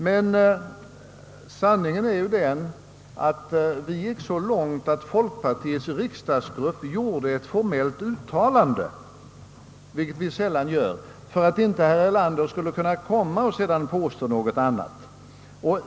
Men sanningen är ju den att det gick så långt att folkpartiets riksdagsgrupp i saken gjorde ett formellt uttalande — vilket vi sällan gör — för att inte herr Erlander sedan skulle kunna komma och påstå något sådant.